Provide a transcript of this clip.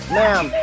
ma'am